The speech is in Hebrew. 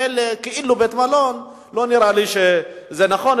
הכלא כאילו בית-מלון לא נראה לי שזה נכון,